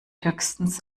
höchstens